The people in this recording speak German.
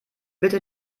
bitte